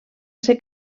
ser